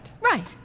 Right